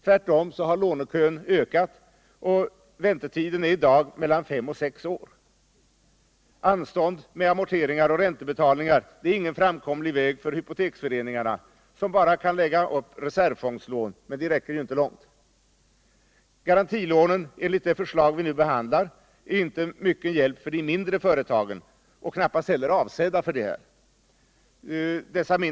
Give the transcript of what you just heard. Tvärtom har lånekön ökat, och väntetiderna är i dag mellan fem och sex år. Anstånd med amorteringar och räntebetalningar är ingen framkomlig väg för hypoteksföreningarna, som bara kan lägga upp reservfondslån — men det räcker inte långt. Garantilånen enligt det förslag vi nu behandlar är inte mycket hjälp för mindre företag och knappast heller avsedda för dem.